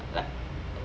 like